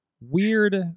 weird